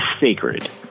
sacred